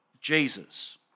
Jesus